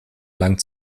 lang